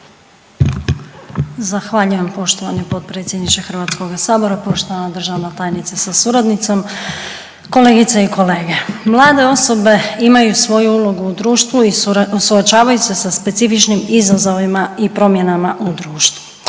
Zahvaljujem poštovani potpredsjedniče HS-a, poštovana državni tajnice sa suradnicom, kolegice i kolege. Mlade osobe imaju svoju ulogu u društvu i suočavaju se sa specifičnim izazovima i promjenama u društvu.